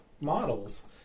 models